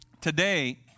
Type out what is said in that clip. Today